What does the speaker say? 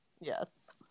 yes